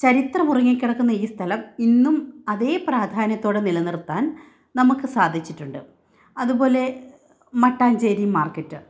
ചരിത്രമുറങ്ങികിടക്കുന്ന ഈ സ്ഥലം ഇന്നും അതേ പ്രാധാന്യത്തോടെ നിലനിർത്താൻ നമുക്ക് സാധിച്ചിട്ടുണ്ട് അതുപോലെ മട്ടാഞ്ചേരി മാർക്കറ്റ്